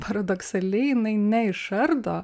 paradoksaliai jinai neišardo